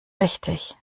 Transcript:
richtig